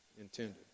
intended